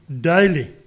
daily